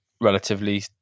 relatively